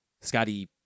Scotty